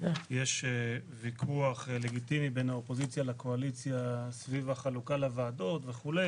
יש ויכוח לגיטימי בין האופוזיציה לקואליציה סביב החלוקה לוועדות וכו',